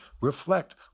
reflect